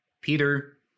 peter